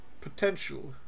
potential